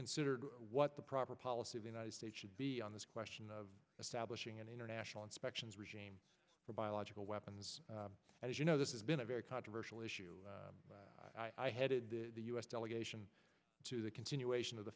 consider the proper policy of the united states should be on this question of stablish ing an international inspections regime for biological weapons as you know this has been a very controversial issue i headed the u s delegation to the continuation of the